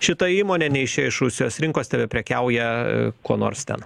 šita įmonė neišėjo iš rusijos rinkos tebeprekiauja kuo nors ten